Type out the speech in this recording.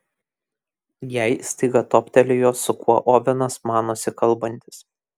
jai staiga toptelėjo su kuo ovenas manosi kalbantis